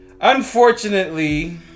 Unfortunately